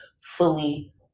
fully